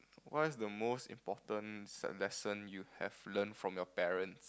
what's the most important s~ lesson you have learnt from your parents